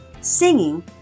singing